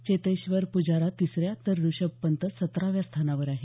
चेतेश्वर पुजारा तिसऱ्या तर ऋषभ पंत सतराव्या स्थानावर आहे